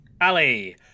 Ali